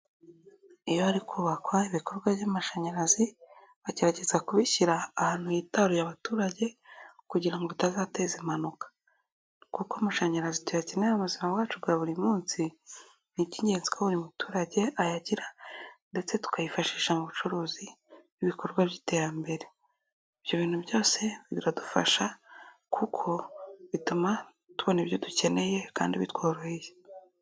Iyo hari kubakwa ibikorwa by'amashanyarazi agerageza kubishyira ahantu hitaruye abaturage kugira ngo atazateza impanuka kuko amashanyarazi tuyakenera mu buzima bwacu bwa buri munsi ni icy'ingenzi ko buri muturage ayagira ndetse tukayifashisha mu bucuruzi ibikorwa by'iterambere, ibyo bintu byose biradufasha kuko bituma tubona ibyo dukeneye kandi bitworoheye.